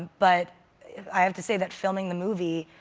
but i have to say that, filming the movie,